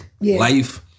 life